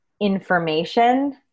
information